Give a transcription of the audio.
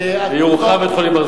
ויורחב בית-החולים "ברזילי".